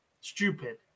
Stupid